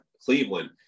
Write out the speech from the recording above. Cleveland